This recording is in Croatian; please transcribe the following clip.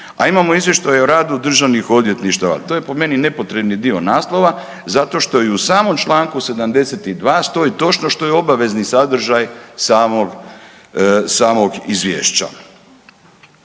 a imamo izvještaj o radu državnih odvjetništava, to je po meni nepotrebni dio naslova zato što i u samom čl. 72. stoji točno što je obavezni sadržaj samog izvješća.